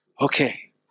okay